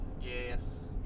yes